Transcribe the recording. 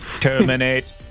terminate